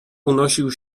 unosił